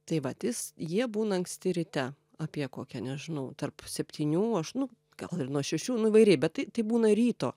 tai vat is jie būna anksti ryte apie kokią nežinau tarp septynių aš nu gal ir nuo šešių nu įvairiai bet tai tai būna ryto